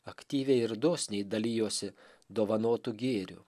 aktyviai ir dosniai dalijosi dovanotu gėriu